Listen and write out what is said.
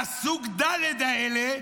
לסוג ד' האלה,